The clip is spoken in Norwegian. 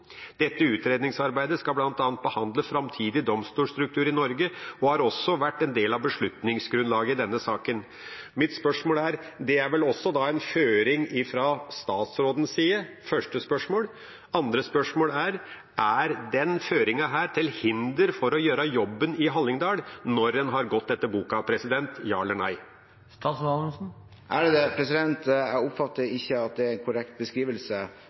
Dette utredningsarbeidet skal bl.a. behandle framtidig domstolstruktur i Norge og har også vært en del av beslutningsgrunnlaget i denne saken. Mitt første spørsmål er: Det er vel også en føring fra statsrådens side? Andre spørsmål: Er denne føringen til hinder for å gjøre jobben i Hallingdal når en har gått etter boka? – Ja eller nei. Jeg oppfatter ikke at det er en korrekt beskrivelse.